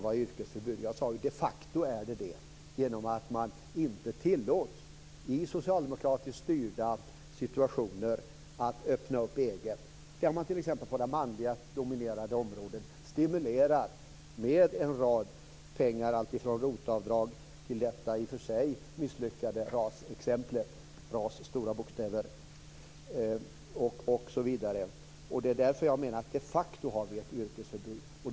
Jag sade att det de facto är det, genom att kvinnor inte tillåts öppna eget där det är socialdemokratiskt styre. På t.ex. manligt dominerade områden stimuleras man med en rad pengar, alltifrån ROT-avdrag till RAS exemplet - som i och för sig var misslyckat - osv. Det är därför jag menar att vi de facto har ett yrkesförbud.